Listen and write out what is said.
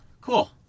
cool